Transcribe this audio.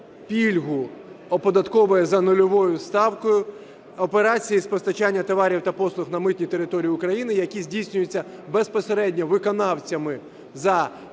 пільгу, оподатковує за нульовою ставкою операції з постачання товарів та послуг на митній територій України, які здійснюються безпосередньо виконавцями за цим